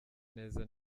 neza